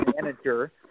manager